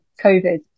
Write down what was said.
covid